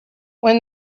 when